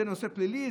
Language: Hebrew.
זה בנושא פלילי,